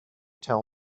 tell